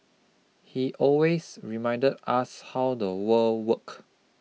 he always reminded us how the world worked